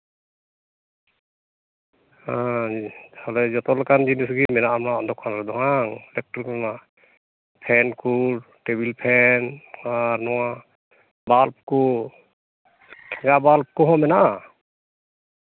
ᱛᱟᱦᱚᱞᱮ ᱡᱚᱛᱚ ᱞᱮᱠᱷᱟᱱ ᱡᱤᱱᱤᱥ ᱜᱮ ᱢᱮᱱᱟᱜᱼᱟ ᱟᱢᱟᱜ ᱫᱚᱠᱟᱱ ᱨᱮᱚ ᱵᱟᱝ ᱤᱞᱮᱠᱴᱨᱤᱠ ᱨᱮᱱᱟᱜ ᱯᱷᱮᱱ ᱠᱩ ᱴᱮᱵᱤᱞ ᱯᱷᱮᱱ ᱟᱨ ᱱᱚᱣᱟ ᱵᱟᱞᱵ ᱠᱚ ᱥᱮᱭᱟ ᱵᱟᱞᱵ ᱠᱚᱦᱚᱸ ᱢᱮᱱᱟᱜᱼᱟ